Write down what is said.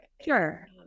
sure